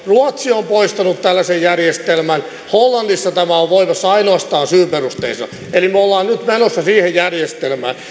ruotsi on poistanut tällaisen järjestelmän hollannissa tämä on voimassa ainoastaan syyperusteisena eli me olemme nyt menossa siihen järjestelmään